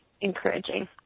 encouraging